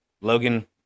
Logan